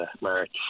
March